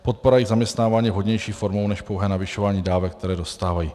Podpora zaměstnávání je vhodnější formou než pouhé navyšování dávek, které dostávají.